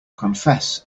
confess